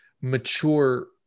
mature